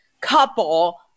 couple